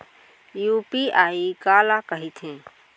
UPI काला कहिथे?